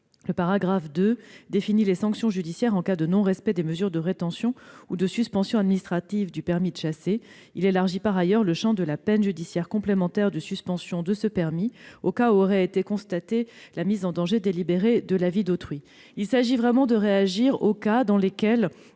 la personne. Le 2° définit les sanctions judiciaires en cas de non-respect des mesures de rétention ou de suspension administratives du permis de chasser. Il élargit par ailleurs le champ de la peine judiciaire complémentaire de suspension de ce permis aux cas où aurait été constatée une mise en danger délibérée de la vie d'autrui. Il s'agit de réagir aux cas dans lesquels